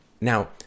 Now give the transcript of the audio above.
Now